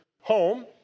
home